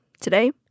Today